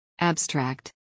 Abstract